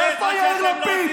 איפה יאיר לפיד?